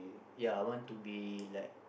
ya want to be like